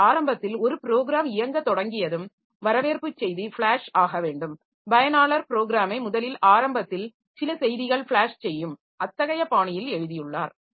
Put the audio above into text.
ஆனால் ஆரம்பத்தில் ஒரு ப்ரோகிராம் இயங்கத் தொடங்கியதும் வரவேற்பு செய்தி ஃபிளாஷ் ஆக வேண்டும் பயனாளர் ப்ரோக்கிராமை முதலில் ஆரம்பத்தில் சில செய்திகள் ஃபிளாஷ் செய்யும் அத்தகைய பாணியில் எழுதியுள்ளார்